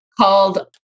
Called